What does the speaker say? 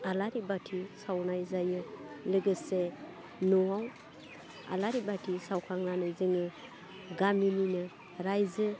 आलारि बाथि सावनाय जायो लोगोसे न'वाव आलारि बाथि सावखांनानै जोङो गामिनिनो रायजो